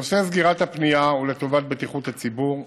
נושא סגירת הפנייה הוא לטובת בטיחות הציבור.